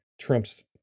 Trump's